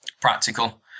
practical